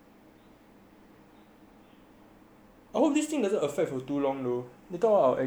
I hope this thing doesn't affect for too long though later our exchange program don't have